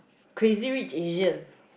Crazy-Rich-Asian